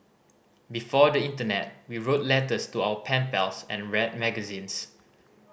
before the internet we wrote letters to our pen pals and read magazines